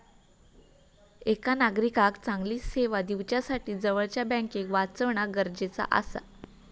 एका नागरिकाक चांगली सेवा दिवच्यासाठी जवळच्या बँकेक वाचवणा गरजेचा आसा